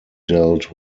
dealt